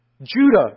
Judah